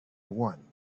one